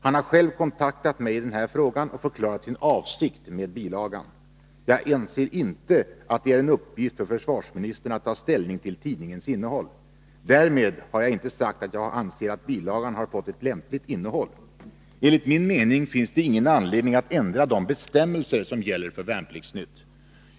Han har själv kontaktat mig i den här frågan och förklarat sin avsikt med bilagan. Jag anser inte att det är en uppgift för försvarsministern att ta ställning till tidningens innehåll. Därmed har jag inte sagt att jag anser att bilagan har fått ett lämpligt innehåll. Enligt min mening finns det ingen anledning att ändra de bestämmelser som gäller för Värnplikts-Nytt.